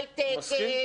היי טק,